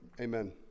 Amen